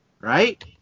right